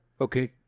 Okay